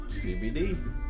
CBD